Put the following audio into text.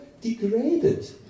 degraded